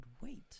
wait